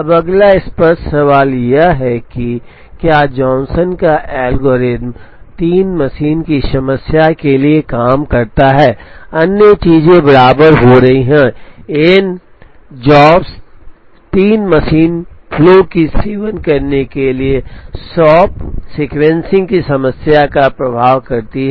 अब अगला स्पष्ट सवाल यह है कि क्या जॉनसन का एल्गोरिथ्म 3 मशीन की समस्या के लिए काम करता है अन्य चीजें बराबर हो रही हैं एन जॉब्स 3 मशीनें फ्लो की सीवन करने के लिए शॉप सीक्वेंसिंग समस्या का प्रवाह करती हैं